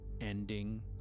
ending